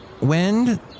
Wind